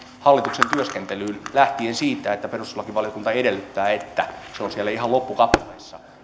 hallituksen työskentelyyn lähtien siitä että perustuslakivaliokunta edellyttää että se on ihan siellä loppukappaleessa